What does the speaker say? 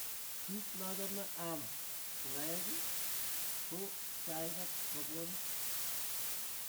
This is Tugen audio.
Kiit nachame kokaech ko chaik ak rapwonik.